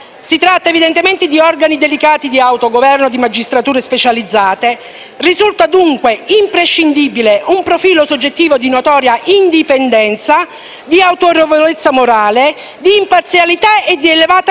Si tratta, evidentemente, di organi delicati di autogoverno di magistrature specializzate. Risulta dunque imprescindibile un profilo soggettivo di notoria indipendenza, di autorevolezza morale, di imparzialità e di elevata